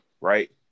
right